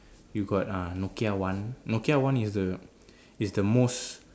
you got uh Nokia one Nokia one is the is the most